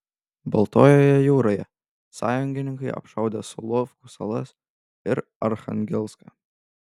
baltojoje jūroje sąjungininkai apšaudė solovkų salas ir archangelską